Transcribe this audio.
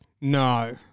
no